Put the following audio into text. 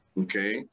Okay